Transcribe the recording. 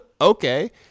okay